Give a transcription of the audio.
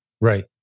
Right